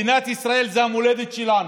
מדינת ישראל זו המולדת שלנו.